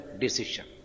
decision